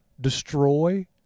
destroy